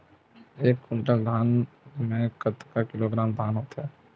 एक कुंटल धान में कतका किलोग्राम धान होथे?